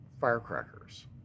firecrackers